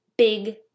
big